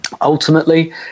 ultimately